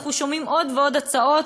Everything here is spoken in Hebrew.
אנחנו שומעים עוד ועוד הצעות,